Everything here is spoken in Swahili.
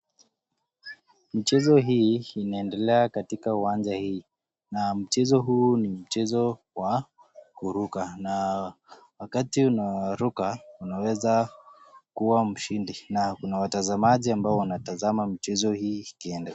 Mchezo hii inaendelea katika uwanja hii na mchezo huu ni mchezo wa kuruka na wakati unaruka unaweza kuwa mshindi. Na kuna watazamaji ambao wanatazama mchezo hii ikiendelea.